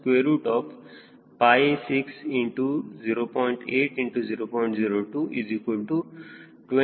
0220 lbft2 107